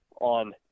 on